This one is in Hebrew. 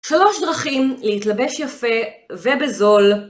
שלוש דרכים להתלבש יפה ובזול.